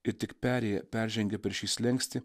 ir tik perėję peržengę per šį slenkstį